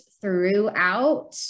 throughout